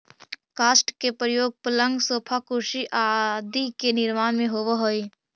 काष्ठ के प्रयोग पलंग, सोफा, कुर्सी आदि के निर्माण में होवऽ हई